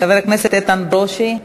חבר הכנסת איתן ברושי,